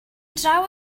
draw